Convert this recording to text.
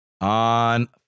on